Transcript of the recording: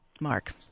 Mark